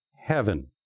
heaven